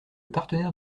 partenaire